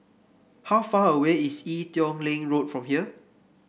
how far away is Ee Teow Leng Road from here